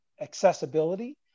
accessibility